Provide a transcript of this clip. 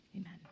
Amen